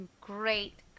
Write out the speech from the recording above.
great